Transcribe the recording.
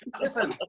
Listen